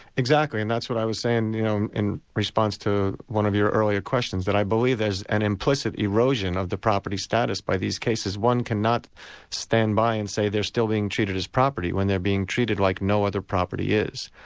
exactly, and that's what i was saying you know in response to one of your earlier questions, that i believe there's an implicit erosion of the property status by these cases. one cannot stand by and say they're still being treated as property when they're being treated like no other property is.